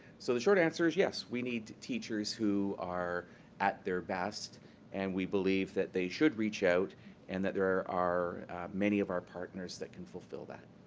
so, the short answer is yes, we need teachers who are at their best and we believe that they should reach out and there are are many of our partners that can fulfil that.